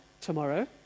tomorrow